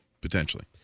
Potentially